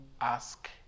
ask